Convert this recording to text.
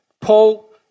Paul